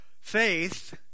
faith